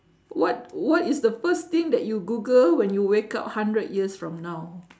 what what is the first thing that you google when you wake up hundred years from now